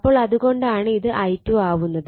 അപ്പോൾ അത് കൊണ്ടാണ് ഇത് I2 ആവുന്നത്